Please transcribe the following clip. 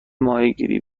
ماهیگیری